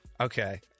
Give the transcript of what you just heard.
Okay